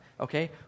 okay